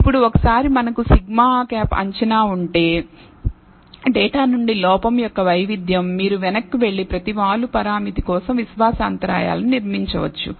ఇప్పుడు ఒకసారి మనకు σ టోపీ అంచనా ఉంటే డేటా నుండి లోపం యొక్క వైవిధ్యం మీరు వెనక్కి వెళ్లి ప్రతి వాలు పరామితి కోసం విశ్వాస అంతరాయాలను నిర్మించవచ్చు